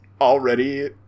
already